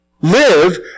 Live